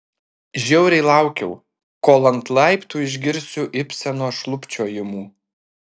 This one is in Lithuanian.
žiauriai laukiau kol ant laiptų išgirsiu ibseno šlubčiojimų